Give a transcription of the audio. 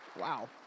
Wow